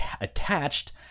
attached